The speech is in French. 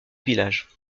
village